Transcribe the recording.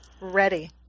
Ready